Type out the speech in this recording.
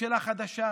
ממשלה חדשה,